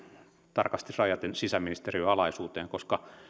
tarkasti rajaten sisäministeriön alaisuuteen koska